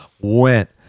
went